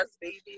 baby